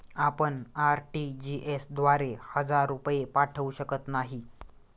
आपण आर.टी.जी.एस द्वारे हजार रुपये पाठवू शकत नाही